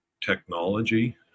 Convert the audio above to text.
technology